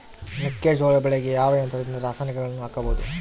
ಮೆಕ್ಕೆಜೋಳ ಬೆಳೆಗೆ ಯಾವ ಯಂತ್ರದಿಂದ ರಾಸಾಯನಿಕಗಳನ್ನು ಹಾಕಬಹುದು?